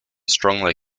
strongly